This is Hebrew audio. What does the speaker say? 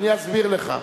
אני אסביר לך.